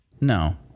No